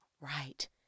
right